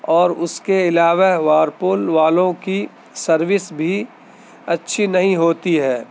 اور اس کے علاوہ وارپول والوں کی سروس بھی اچھی نہیں ہوتی ہے